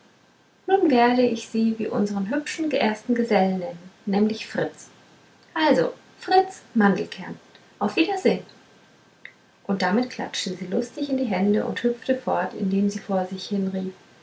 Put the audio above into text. nun werde ich sie wie unsern hübschen ersten gesellen nennen nämlich fritz also fritz mandelkern auf wiedersehn und damit klatschte sie lustig in die hände und hüpfte fort indem sie vor sich hin